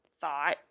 thought